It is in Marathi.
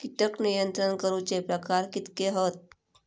कीटक नियंत्रण करूचे प्रकार कितके हत?